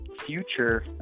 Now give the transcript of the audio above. future